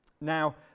Now